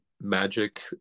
magic